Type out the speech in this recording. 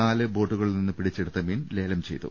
നാലു ബോട്ടുക ളിൽ നിന്ന് പിടിച്ചെടുത്ത മീൻ ലേലം ചെയ്തു